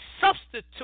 substitute